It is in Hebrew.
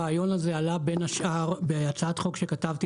הרעיון הזה עלה בין השאר בהצעת חוק שכתבתי